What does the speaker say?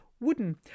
wooden